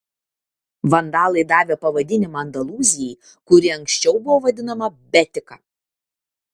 vandalai davė pavadinimą andalūzijai kuri anksčiau buvo vadinama betika